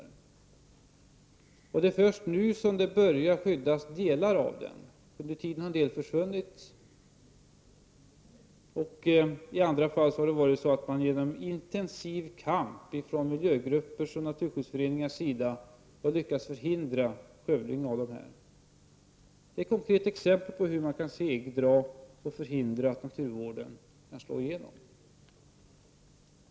Det är först nu som delar av dem börjar skyddas. Under tiden har somliga av dem försvunnit. Genom intensiv kamp från miljögrupper och naturskyddsföreningar har man lyckats förhindra skövling av fler urskogar. Det är ett konkret exempel på hur man kan segdra och förhindra att naturvård slår igenom.